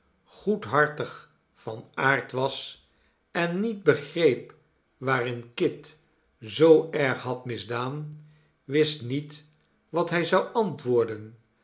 goedhartig van aard was en niet begreep waarin kit zoo erg had misdaan wist niet wat hij zou antwoorden